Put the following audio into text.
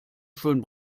schön